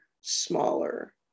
smaller